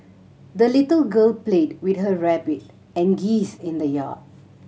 the little girl played with her rabbit and geese in the yard